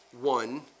one